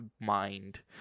mind